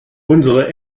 unsere